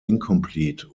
incomplete